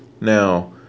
Now